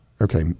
Okay